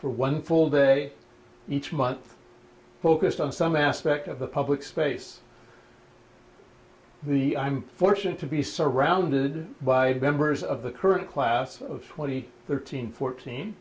for one full day each month focused on some aspect of the public space the i'm fortunate to be surrounded by members of the current class of twenty thirteen fourteen